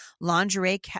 lingerie